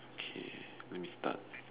okay let me start